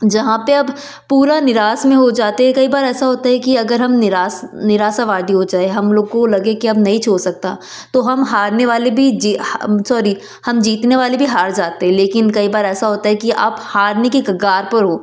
जहाँ पे अब पूरा निराश में हो जाते है कई बार ऐसा होता है कि अगर हम निराश निराशावादी हो जाए हम लोग को लगे कि अब नहीं छोड़ सकता तो हम हारने वाले भी जी सॉरी हम जीतने वाले भी हार जाते हैं लेकिन कई बार ऐसा होता है कि आप हारने की कगार पर हो